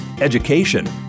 education